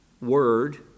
word